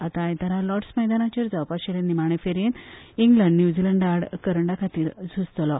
आतां आयतारा लॉर्डस मैदानाचेर जावपा आशिल्ले निामणे फेरयेंत इंगल्ड न्युझिलंडा आड करंडा खातीर झुजतलो